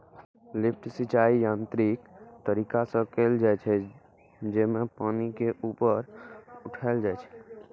lift सिंचाइ यांत्रिक तरीका से कैल जाइ छै, जेमे पानि के ऊपर उठाएल जाइ छै